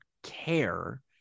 care